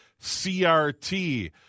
CRT